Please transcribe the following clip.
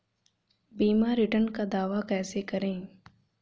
बीमा रिटर्न का दावा कैसे करें?